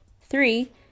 Three